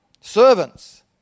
Servants